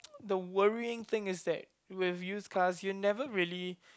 the worrying thing is that with used cars you never really